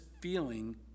feeling